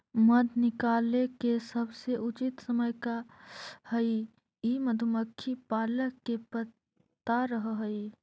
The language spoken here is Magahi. मध निकाले के सबसे उचित समय का हई ई मधुमक्खी पालक के पता रह हई